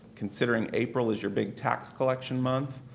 considering april is your big tax collection month,